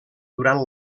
durant